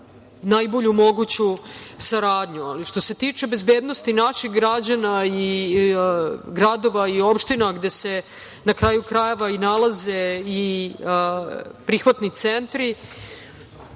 najbolju moguću saradnju. Što se tiče bezbednosti naših građana i gradova i opština gde se, na kraju krajeva, i nalaze i prihvatni centri,